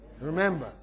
Remember